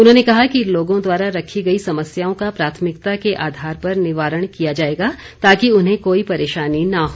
उन्होंने कहा कि लोगों द्वारा रखी गई समस्याओं का प्राथमिकता के आधार पर निवारण किया जाएगा ताकि उन्हें कोई परेशानी न हो